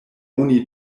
oni